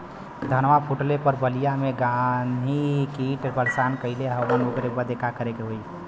धनवा फूटले पर बलिया में गान्ही कीट परेशान कइले हवन ओकरे बदे का करे होई?